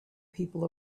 people